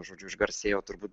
žodžiu išgarsėjo turbūt